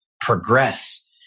progress